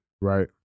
right